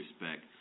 respect